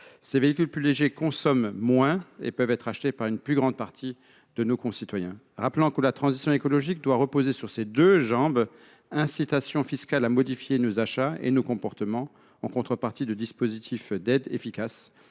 ces véhicules plus légers consomment moins et peuvent être achetés par une grande partie de la population. La transition écologique doit reposer sur ces deux jambes : les incitations fiscales nous poussent à modifier nos achats et nos comportements, en contrepartie de dispositifs d’aide efficaces,